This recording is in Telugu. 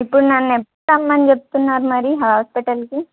ఇప్పుడు నన్ను ఎప్పుడు రమ్మని చెప్తున్నారు మరి హాస్పిటల్కి